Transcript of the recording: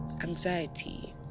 anxiety